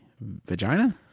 vagina